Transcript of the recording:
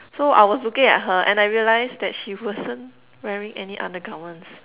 so I was looking at her and I realized that she wasn't wearing any undergarments